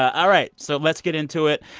all right. so let's get into it.